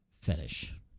fetish